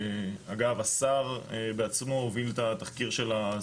אגב, השר בעצמו הוביל את התחקיר של השריפה.